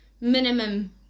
minimum